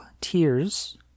Tears